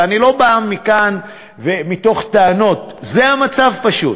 ואני לא בא כאן בטענות, זה המצב, פשוט.